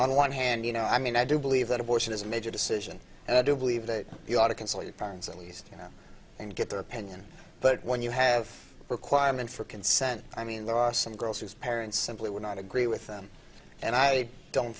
on one hand you know i mean i do believe that abortion is a major decision and i do believe that you ought to consult your parents at least you know and get their opinion but when you have requirement for consent i mean there are some girls whose parents simply would not agree with them and i don't